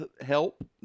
help